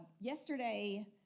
Yesterday